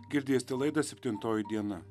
girdėsite laidą septintoji diena